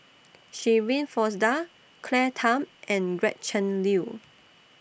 Shirin Fozdar Claire Tham and Gretchen Liu